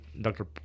Dr